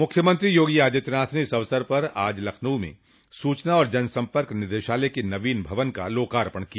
मुख्यमंत्री योगी आदित्यनाथ ने इस अवसर पर आज लखनऊ में सूचना एवं जन सम्पर्क निदेशालय के नवीन भवन का लोकार्पण किया